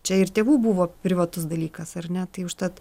čia ir tėvų buvo privatus dalykas ar ne tai užtat